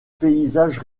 paysage